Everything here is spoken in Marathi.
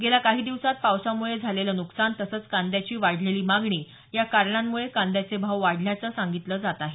गेल्या काही दिवसांत पावसामुळे झालेलं नुकसान तसंच कांद्याची वाढलेली मागणी या कारणांमुळे कांद्याचे भाव वाढल्याचं सांगितलं जात आहे